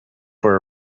were